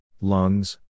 lungs